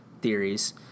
theories